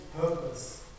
purpose